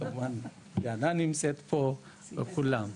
כמובן יאנה נמצאת פה וכולם.